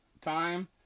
time